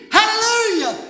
Hallelujah